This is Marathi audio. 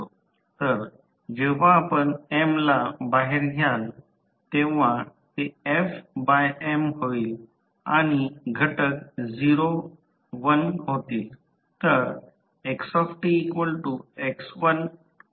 तर जेव्हा आपण M ला बाहेर घ्याल तेव्हा ते fM होईल आणि घटक 0 1 होतील